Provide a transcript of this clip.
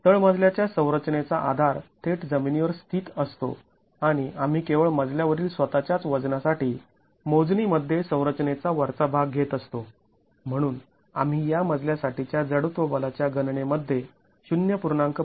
तळमजल्याच्या संरचनेचा आधार थेट जमिनीवर स्थित असतो आणि आम्ही केवळ मजल्या वरील स्वतःच्याच वजनासाठी मोजणी मध्ये संरचनेचा वरचा भाग घेत असतो म्हणून आम्ही या मजल्या साठीच्या जडत्व बलाच्या गणने मध्ये ०